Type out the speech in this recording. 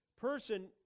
person